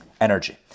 energy